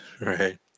Right